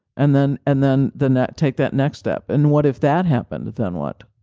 and then and then then that take that next step. and what if that happened, then what?